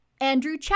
Andrew